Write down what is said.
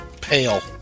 pale